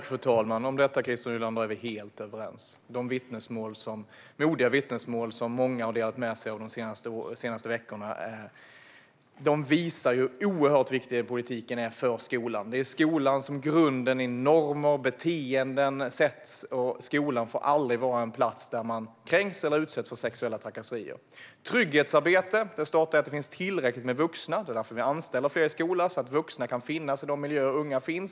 Fru talman! Om detta, Christer Nylander, är vi helt överens. De modiga vittnesmål som många har delat med sig av de senaste veckorna visar hur oerhört viktig politiken är för skolan. Det är i skolan som grunden för normer och beteenden sätts. Skolan får aldrig vara en plats där man kränks eller utsätts för sexuella trakasserier. Trygghetsarbetet startar med att det finns tillräckligt med vuxna. Det är därför vi anställer fler i skolan, så att vuxna kan finnas i de miljöer där unga finns.